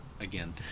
Again